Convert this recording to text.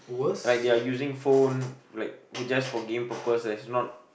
like they are using phone like just for game purpose and not